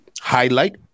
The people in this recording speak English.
highlight